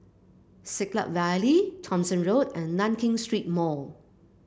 Siglap Valley Thomson Road and Nankin Street Mall